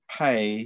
pay